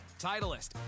Titleist